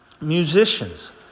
musicians